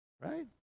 Right